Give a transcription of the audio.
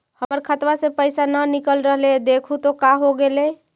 हमर खतवा से पैसा न निकल रहले हे देखु तो का होगेले?